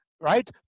Right